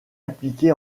impliqué